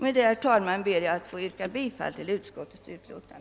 Med det anförda ber jag att få yrka bifall till utskottets hemställan.